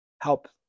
help